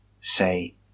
say